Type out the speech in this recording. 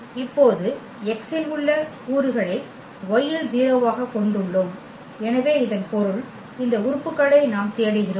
இப்போது x இல் உள்ள கூறுகளை y இல் 0 ஆகக் கொண்டுள்ளோம் எனவே இதன் பொருள் இந்த உறுப்புகளை நாம் தேடுகிறோம்